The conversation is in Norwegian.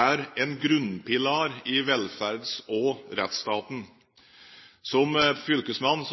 er en grunnpilar i velferds- og rettsstaten. Som fylkesmann